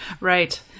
Right